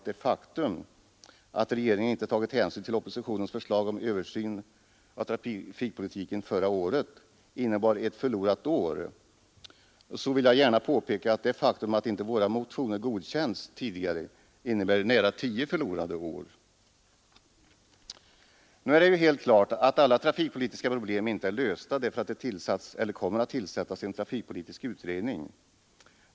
det faktum att regeringen inte tagit hänsyn till oppositionens förslag förra året om översyn av trafikpolitiken innebar ett förlorat år, gärna påpeka att det faktum att inte våra motioner godkänts tidigare innebär nära tio förlorade år. Nu är det ju helt klart att alla trafikpolitiska problem inte är lösta därför att det tillsätts en trafikpolitisk utredning.